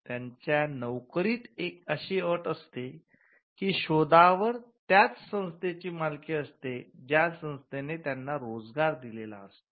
त्यांच्या नौकरीत अशी अट असते कि शोधावर त्याच संस्थेची मालकी असते ज्या संस्थेने त्याना रोजगार दिलेला असतो